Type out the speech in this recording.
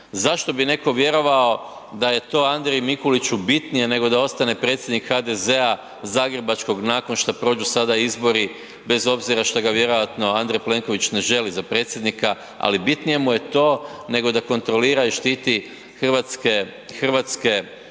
zašto bi netko vjerovao da je to Andriji Mikuliću bitnije nego da ostane predsjednik HDZ-a zagrebačkog nakon što prođu sada izbori bez obzira šta ga vjerojatno Andrej Plenković ne želi za predsjednika, ali bitnije mu je to nego da kontrolira i štiti hrvatske,